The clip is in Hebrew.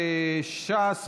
קבוצת סיעת ש"ס,